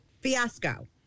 fiasco